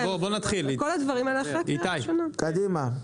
איתי, קדימה.